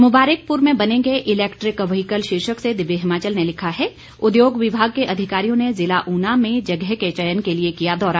मुबारिकपुर में बनेंगे electric vehicle शीर्षक से दिव्य हिमाचल ने लिखा है उद्योग विभाग के अधिकारियों ने जिला ऊना में जगह के चयन के लिए किया दौरा